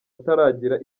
ataragira